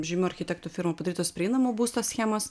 žymių architektų firmų padarytos prieinamo būsto schemos